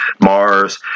Mars